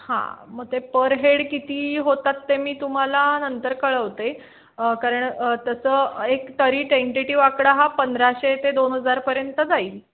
हां मग ते पर हेड किती होतात ते मी तुम्हाला नंतर कळवते कारण तरी एक तरी टेंटेटीव आकडा हा पंधराशे ते दोन हजारपर्यंत जाईल